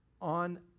on